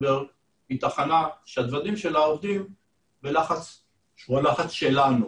זה יהיה חיסכון של 600 מיליון שקל בתקופה של 15